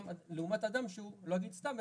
לעומת אדם שהוא לא אגיד סתם,